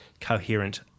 coherent